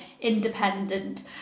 independent